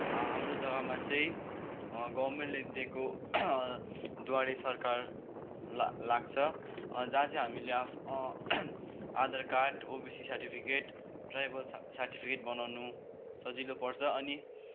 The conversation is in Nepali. हाम्रो जग्गामा चाहिँ गर्मेन्टले दिएको द्वारे सरकार ला लाग्छ जहाँ चाहिँ हामीले आफ्नो Aadhaar card OBC certificate tribal सा सार्टिफिकेट बनाउनु सजिलो पर्छ अनि